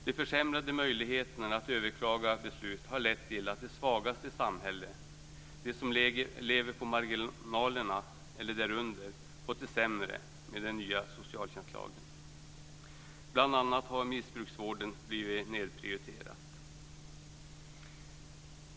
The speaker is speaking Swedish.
De försämrade möjligheterna att överklaga beslut har lett till att de svagaste i samhället, de som lever på marginalen eller därunder, fått det sämre med den nya socialtjänstlagen. Bl.a. har missbruksvården blivit nedprioriterad.